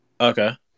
Okay